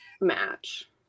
Match